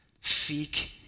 seek